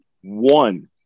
one